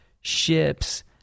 ships